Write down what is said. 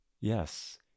Yes